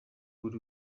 biri